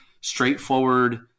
straightforward